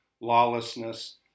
lawlessness